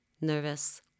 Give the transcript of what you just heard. Nervous